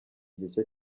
igice